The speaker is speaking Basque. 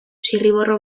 zirriborro